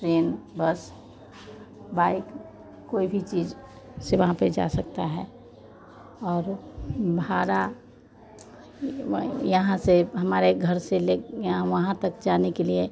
train bus bike कोई भी चीज़ से वहाँ पर जा सकते हैं और भाड़ा यहाँ से हमारे घर से ले यहाँ वहाँ तक जाने के लिए